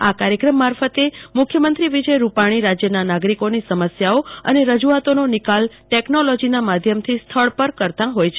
આ કાર્યક્રમ મારફતે મુખ્યમંત્રી વિજય રૂપાણી રાજ્યના નાગરીકોની સમસ્યાઓ અને રજૂઆતોનો નિકાલ ટેકનોલોજીના માધ્યમથી સ્થળ પર કરતા હોય છે